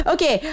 Okay